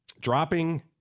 Dropping